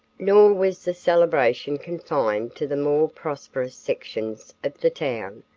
nor was the celebration confined to the more prosperous sections of the town,